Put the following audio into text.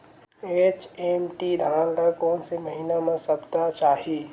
HMT धान ल कोन से महिना म सप्ता चाही?